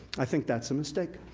i think that's a mistake.